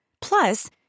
Plus